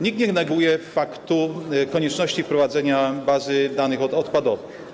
Nikt nie neguje faktu konieczności wprowadzenia bazy danych odpadowych.